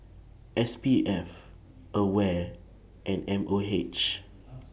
S P F AWARE and M O H